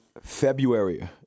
February